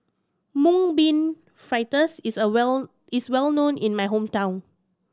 Mung Bean Fritters is a is well known in my hometown